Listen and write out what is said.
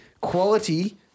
quality